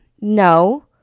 No